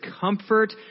comfort